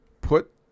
put